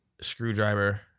screwdriver